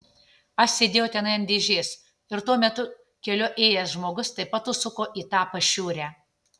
aš sėdėjau tenai ant dėžės ir tuo metu keliu ėjęs žmogus taip pat užsuko į tą pašiūrę